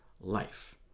life